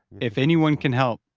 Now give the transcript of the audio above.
if anyone can help,